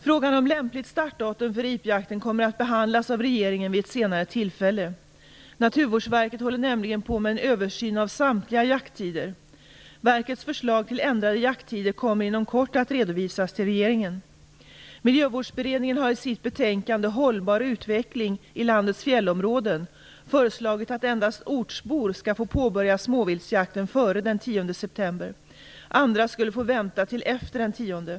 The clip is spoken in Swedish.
Frågan om lämpligt startdatum för ripjakten kommer att behandlas av regeringen vid ett senare tillfälle. Naturvårdsverket håller nämligen på med en översyn av samtliga jakttider. Verkets förslag till ändrade jakttider kommer inom kort att redovisas till regeringen. Miljövårdsberedningen har i sitt betänkande Hållbar utveckling i landets fjällområden föreslagit att endast ortsbor skall få påbörja småviltsjakten före den 10 september. Andra skulle få vänta till efter den 10 september.